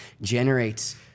generates